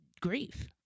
Grief